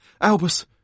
Albus